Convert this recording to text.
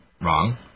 Wrong